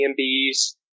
Airbnb's